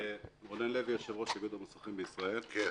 רונן לוי, יושב-ראש איגוד המוסכים בישראל.